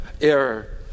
error